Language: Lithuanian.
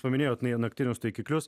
paminėjot naktinius taikiklius